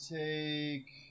take